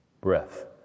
breath